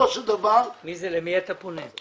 למי אתה פונה?